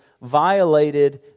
violated